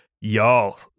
y'all